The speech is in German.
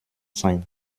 sein